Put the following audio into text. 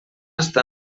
està